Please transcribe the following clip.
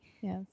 Yes